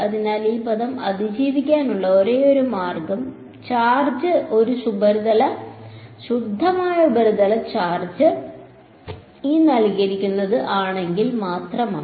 അതിനാൽ ഈ പദം അതിജീവിക്കാനുള്ള ഒരേയൊരു മാർഗ്ഗം ചാർജ് ഒരു ശുദ്ധമായ ഉപരിതല ചാർജ് ആണെങ്കിൽ മാത്രമാണ്